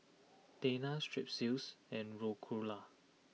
Tena Strepsils and Ricola